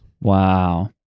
Wow